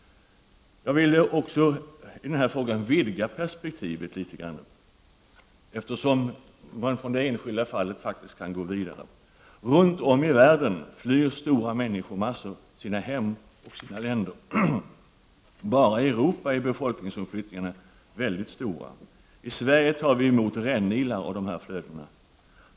Jag vill dock vidga perspektivet litet. Från det enskilda fallet kan man faktiskt gå vidare. Runt om i världen flyr stora människomassor från sina hem och sina länder. Bara i Europa är befolkningsomflyttningarna mycket stora. I Sverige tar vi emot rännilar av dessa flöden.